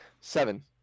Seven